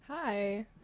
Hi